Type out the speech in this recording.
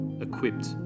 equipped